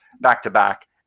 back-to-back